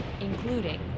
including